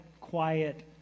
quiet